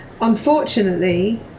unfortunately